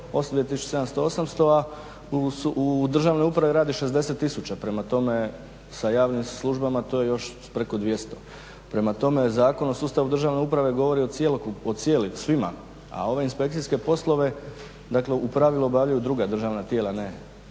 radi 2700, 800 a u državnoj upravi radi 60 tisuća, prema tome sa javnim službama to je još preko 200. Prema tome, Zakon o sustavu državne uprave govori o svima, a ove inspekcijske poslove u pravilu obavljaju druga državna tijela ne